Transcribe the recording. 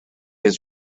was